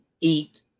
eat